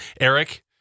Eric